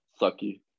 Sucky